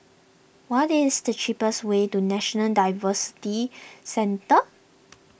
what is the cheapest way to National Diversity Centre